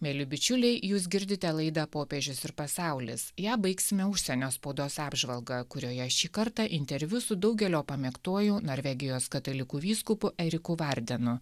mieli bičiuliai jūs girdite laidą popiežius ir pasaulis ją baigsime užsienio spaudos apžvalga kurioje šį kartą interviu su daugelio pamėgtuoju norvegijos katalikų vyskupu eriku vardenu